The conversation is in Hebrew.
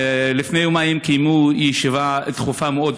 לפני יומיים קיימו ישיבה דחופה מאוד,